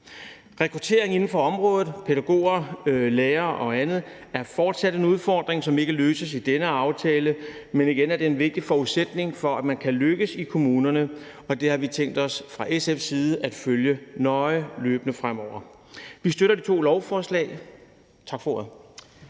Rekrutteringen inden for området af pædagoger, lærere og andre er fortsat en udfordring, som ikke løses med denne aftale, men det er en vigtig forudsætning for, at man kan lykkes med det her i kommunerne, og det har vi tænkt os fra SF's side løbende at følge nøje fremover. Vi støtter de to lovforslag. Tak for ordet.